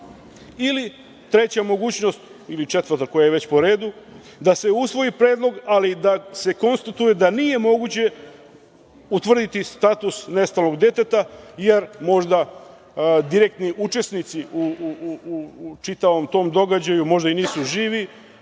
Treća mogućnost ili četvrta, koja je već po redu, da se usvoji predlog ali da se konstatuje da nije moguće utvrditi status nestalog deteta, jer možda direktni učesnici u čitavom tom događaju možda i nisu živi.